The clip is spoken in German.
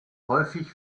häufig